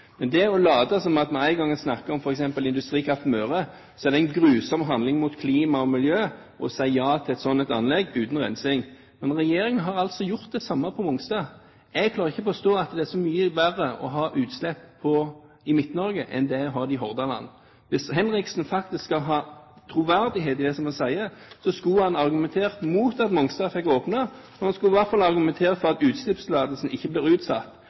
men regjeringen har altså gjort det samme på Mongstad. Jeg klarer ikke å forstå at det er så mye verre å ha utslipp i Midt-Norge enn det er å ha det i Hordaland. Hvis Henriksen skal ha troverdighet i det han sier, skulle han argumentert mot at Mongstad fikk åpne. Han skulle i hvert fall argumentert for at utslippstillatelsen ikke blir utsatt